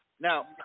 Now